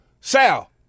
Sal